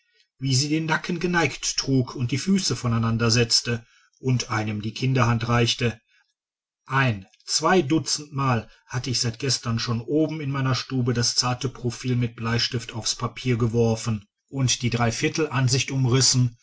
wie sie den nacken geneigt trug und die füße voreinander setzte und einem die kinderhand reichte ein zwei dutzendmal hatt ich seit gestern schon oben in meiner stube das zarte profil mit bleistift aufs papier geworfen und die dreiviertel ansicht umrissen